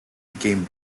became